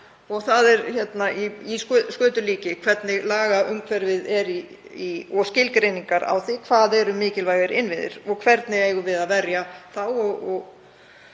og það er í skötulíki hvernig lagaumhverfið er, skilgreiningar á því hvað eru mikilvægir innviðir og hvernig við eigum að verja þá